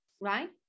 right